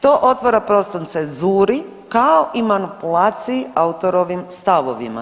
To otvara prostor cenzuri kao i manipulaciji autorovim stavovima.